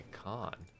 con